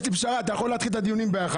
יש לי פשרה: אתה יכול להתחיל את הדיונים ב-13:00.